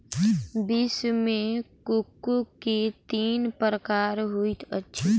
विश्व मे कोको के तीन प्रकार होइत अछि